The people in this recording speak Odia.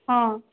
ହଁ